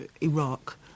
Iraq